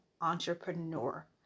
entrepreneur